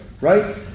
right